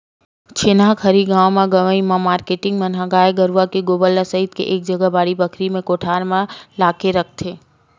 छेना खरही गाँव गंवई म मारकेटिंग मन ह गाय गरुवा के गोबर ल सइत के एक जगा बाड़ी बखरी नइते कोठार म लाके रखथे